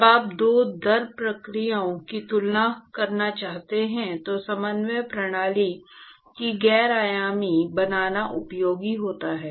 जब आप दो दर प्रक्रियाओं की तुलना करना चाहते हैं तो समन्वय प्रणाली को गैर आयामी बनाना उपयोगी होता है